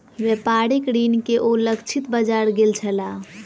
व्यापारिक ऋण के ओ लक्षित बाजार गेल छलाह